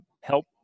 help